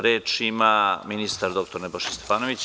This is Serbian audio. Reč ima ministar dr Nebojša Stefanović.